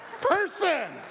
person